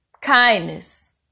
Kindness